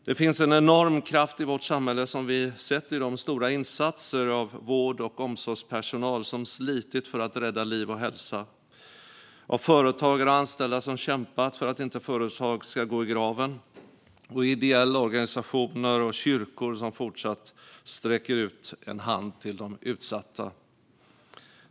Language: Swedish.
Det finns en enorm kraft i vårt samhälle som vi sett i de stora insatser av vård och omsorgspersonal som slitit för att rädda liv och hälsa, av företagare och anställda som kämpat för att inte företag ska gå i graven och av ideella organisationer och kyrkor som har fortsatt att sträcka ut en hand till utsatta.